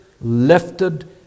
lifted